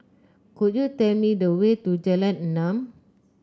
could you tell me the way to Jalan Enam